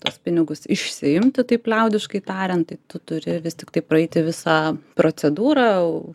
tuos pinigus išsiimti taip liaudiškai tariant tai tu turi vis tiktai praeiti visą procedūrą